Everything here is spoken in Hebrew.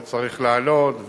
וצריך לעלות,